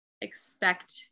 expect